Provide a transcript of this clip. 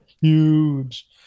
huge